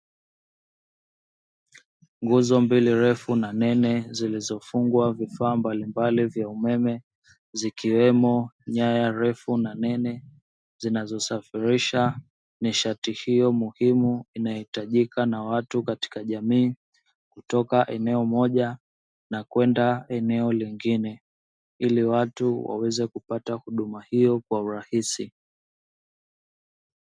Nguzo mbili refu na nene zilizofungwa vifaa mbalimbali vya umeme, zikiwemo nyaya refu na nene zinazosafirisha nishati hiyo muhimu inayohitajika na watu katika jamii, kutoka eneo moja na kwenda eneo lingine ili watu waweze kupata huduma hiyo kwa urahisi.